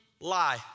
lie